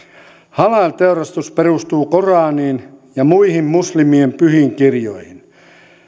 halal teurastus perustuu koraaniin ja muihin muslimien pyhiin kirjoihin